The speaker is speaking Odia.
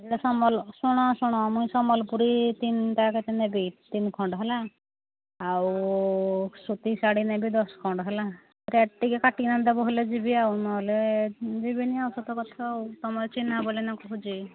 ଏଇଟା ସମ୍ବଲ ଶୁଣ ଶୁଣ ମୁଇଁ ସମ୍ବଲପୁରୀ ତିନିଟା କେତେ ନେବି ତିନି ଖଣ୍ଡ ହେଲା ଆଉ ସୁତା ଶାଢ଼ୀ ନେବି ଦଶ ଖଣ୍ଡ ହେଲା ରେଟ୍ ଟିକେ କାଟିକିନା ଦେବ ବୋଲେ ଯିବି ଆଉ ନହେଲେ ଯିବିନି ଆଉ ସତ କଥା ଆଉ ତୁମେ ଚିହ୍ନା ବୋଲିନ କହୁଛେ